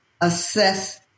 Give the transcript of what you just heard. Assess